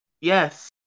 Yes